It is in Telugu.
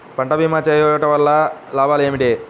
పంట భీమా చేయుటవల్ల లాభాలు ఏమిటి?